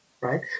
right